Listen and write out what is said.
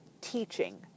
teaching